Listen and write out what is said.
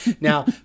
now